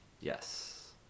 Yes